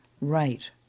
Right